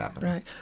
right